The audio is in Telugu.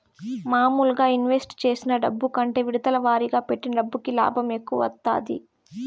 మాములుగా ఇన్వెస్ట్ చేసిన డబ్బు కంటే విడతల వారీగా పెట్టిన డబ్బుకి లాభం ఎక్కువ వత్తాది